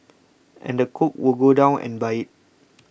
and the cook would go down and buy it